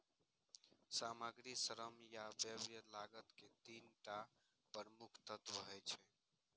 सामग्री, श्रम आ व्यय लागत के तीन टा प्रमुख तत्व होइ छै